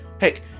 Heck